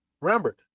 Remember